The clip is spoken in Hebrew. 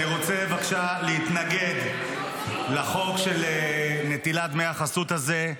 אני רוצה בבקשה להתנגד לחוק של נטילת דמי החסות הזה,